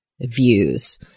views